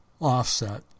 offset